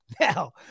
Now